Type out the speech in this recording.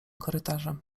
korytarzem